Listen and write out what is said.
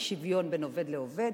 אי-שוויון בין עובד לעובד.